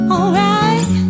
Alright